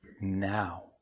now